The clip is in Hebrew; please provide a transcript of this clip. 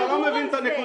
אתה לא מבין את הנקודה.